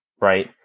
Right